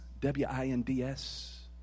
W-I-N-D-S